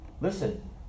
listen